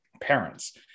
parents